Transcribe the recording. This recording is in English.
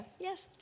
yes